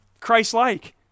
Christ-like